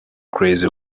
crazy